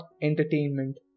entertainment